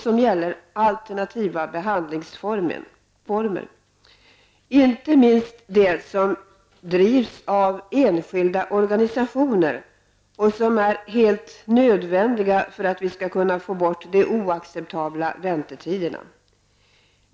Den gäller alternativa behandlingsformer, inte minst de som drivs av enskilda organisationer och som är helt nödvändiga för att vi skall kunna få bort de oacceptabla väntetiderna.